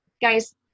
Guys